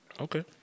Okay